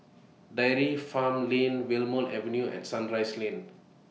Dairy Farm Lane Wilmonar Avenue and Sunrise Lane